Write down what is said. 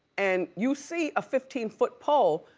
and you see a fifteen foot pole,